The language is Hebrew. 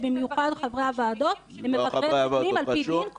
ובמיוחד חברי הוועדות הם מבקרים רשמיים על פי דין,